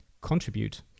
contribute